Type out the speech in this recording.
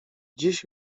dziś